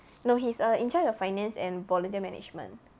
no he's err in charge of finance and volunteer management